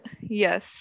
Yes